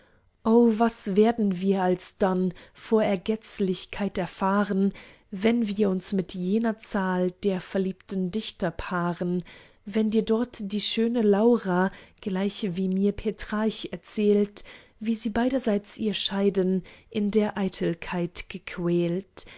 o was werden wir alsdann vor ergetzlichkeit erfahren wenn wir uns mit jener zahl der verliebten dichter paaren wenn dir dort die schöne laura gleich wie mir petrarch erzählt wie sie beiderseits ihr scheiden in der eitelkeit gequält